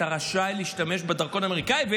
אתה רשאי להשתמש בדרכון האמריקאי.